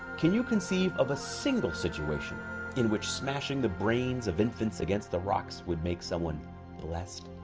can you conceive of a single situation in which smashing the brains of infants against the rocks would make someone blessed?